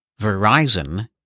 Verizon